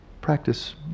practice